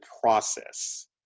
process